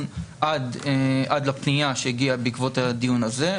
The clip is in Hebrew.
על לפנייה שהגיעה בעקבות הדיון הזה.